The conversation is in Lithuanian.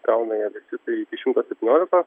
gauna jie visi tai iki šimto septynioliko